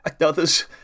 Others